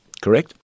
correct